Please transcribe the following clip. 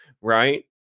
right